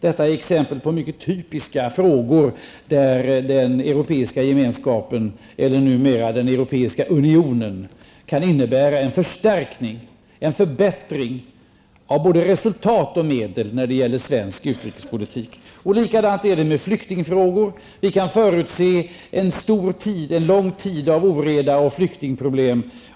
Detta är exempel på mycket typiska frågor då den Europeiska gemenskapen, eller numera den Europeiska unionen, kan innebära en förstärkning och en förbättring av både resultat och medel när det gäller svensk utrikespolitik. På samma sätt är det när det gäller flyktingfrågor. Vi kan förutse en lång tid av oreda och flyktningproblem.